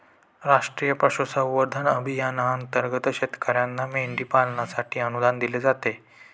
राष्ट्रीय पशुसंवर्धन अभियानांतर्गत शेतकर्यांना मेंढी पालनासाठी अनुदान दिले जाते